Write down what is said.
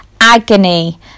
agony